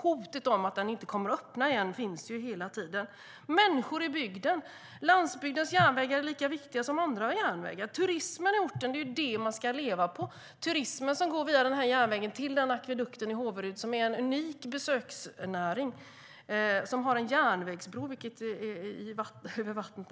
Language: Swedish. Hotet om att den inte kommer att öppna igen finns nämligen hela tiden. Landsbygdens järnvägar är lika viktiga som andra järnvägar. Turismen på orten är det som man ska leva på. Turismen går via den här järnvägen till akvedukten i Håverud som är en unik besöksnäring och som har en järnvägsbro över vattnet.